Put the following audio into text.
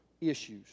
issues